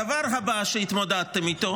הדבר הבא שהתמודדתם איתו